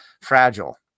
fragile